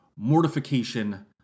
Mortification